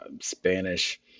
Spanish